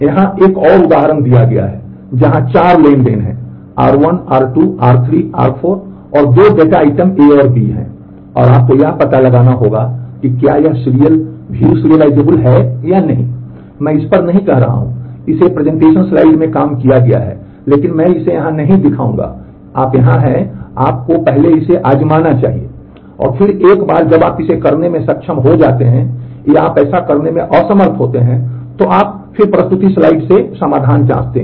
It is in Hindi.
यहां एक और उदाहरण दिया गया है जहां चार ट्रांज़ैक्शन हैं R1 R 2 R3 और R4 और 2 डेटा आइटम A और B हैं और आपको यह पता लगाना होगा कि क्या यह सीरियल view serializable है या नहीं मैं इस पर नहीं कर रहा हूँ इसे प्रेजेंटेशन स्लाइड में काम किया गया है लेकिन मैं इसे यहाँ नहीं दिखाऊंगा आप यहाँ हैं आपको पहले इसे आज़माना चाहिए और फिर एक बार जब आप इसे करने में सक्षम हो जाते हैं या आप ऐसा करने में असमर्थ होते हैं तो आप प्रस्तुति स्लाइड से समाधान जाँचते हैं